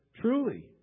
Truly